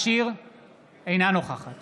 אינה נוכחת